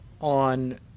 on